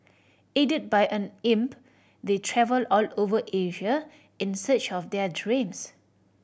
aided by an imp they travel all over Asia in search of their dreams